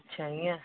अच्छा हीअं